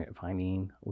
finding